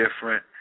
different